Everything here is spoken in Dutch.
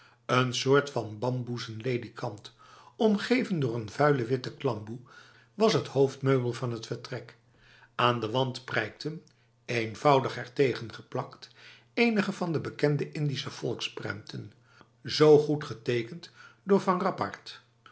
een soort van bamboezen ledikant omgeven door een vuile witte klamboe was het hoofdmeubel van het vertrek aan de wand prijkten eenvoudig ertegen geplakt enige van de bekende indische volksprenten zo goed getekend door van rappard